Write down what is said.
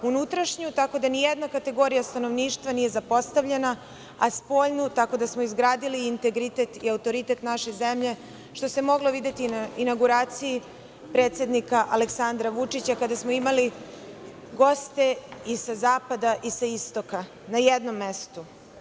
Unutrašnju tako da nijedna kategorija stanovništva nije zapostavljena, a spoljnu tako da smo izgradili integritet i autoritet naše zemlje, što se moglo videti i na inauguraciji predsednika Aleksandra Vučića kada smo imali goste i sa zapada i sa istoka na jednom mestu.